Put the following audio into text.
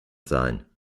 sein